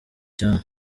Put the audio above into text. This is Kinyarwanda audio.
cyane